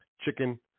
chicken